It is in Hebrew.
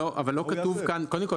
קודם כול,